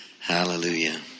Hallelujah